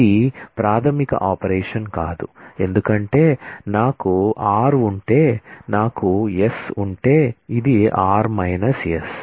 ఇది ప్రాథమిక ఆపరేషన్ కాదు ఎందుకంటే నాకు r ఉంటే నాకు s ఉంటే ఇది r s